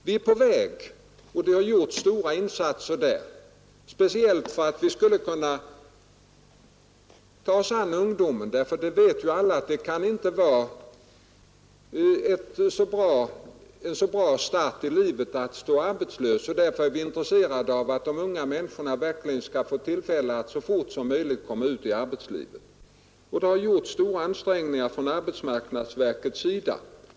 Vi är på väg, och det har där gjorts stora insatser, speciellt för att vi skulle kunna ta oss an ungdomen. Alla vet att det inte kan vara en så bra start i livet att stå arbetslös, och därför är vi intresserade av att de unga människorna verkligen skall få tillfälle att så fort som möjligt komma ut i arbetslivet. Det har gjorts stora ansträngningar från arbetsmarknadsverkets sida.